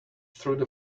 through